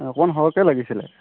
অকণমান সৰহকৈ লাগিছিলে